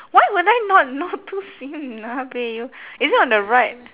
why would I not know two C_M nabeh you is it on the right